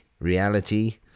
Reality